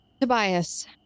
Tobias